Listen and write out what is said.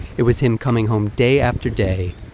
it was him coming home day after day,